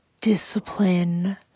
discipline